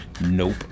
Nope